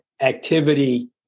activity